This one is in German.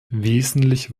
wesentlich